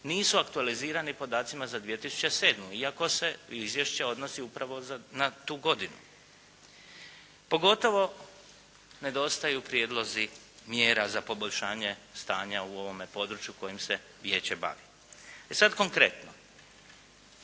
nisu aktualizirani podacima za 2007. iako se izvješće odnosi upravo na tu godinu. Pogotovo nedostaju prijedlozi mjera za poboljšanje stanja u ovome području kojim se vijeće bavi. E sada konkretno.